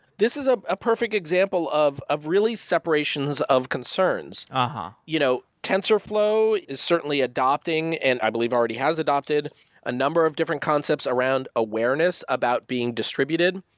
this is ah a perfect example of of really separations of concerns. and you know tensorflow is certainly adopting, and i believe already has adopted a number of different concepts around awareness, about being distributed.